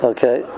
Okay